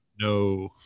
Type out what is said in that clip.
No